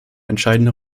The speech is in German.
entscheidende